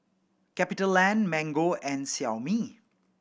CapitaLand Mango and Xiaomi